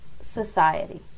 society